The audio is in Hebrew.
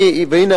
והנה,